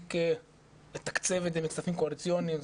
להפסיק לתקצב את זה מכספים קואליציוניים,